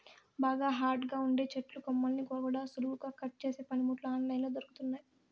బాగా హార్డ్ గా ఉండే చెట్టు కొమ్మల్ని కూడా సులువుగా కట్ చేసే పనిముట్లు ఆన్ లైన్ లో దొరుకుతున్నయ్యి